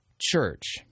church